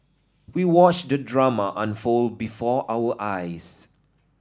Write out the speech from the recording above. we watched the drama unfold before our eyes